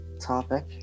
topic